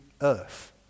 earth